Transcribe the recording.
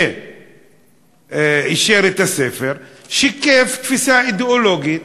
שאישר את הספר שיקף תפיסה אידיאולוגית